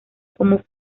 cómo